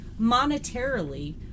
monetarily